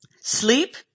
sleep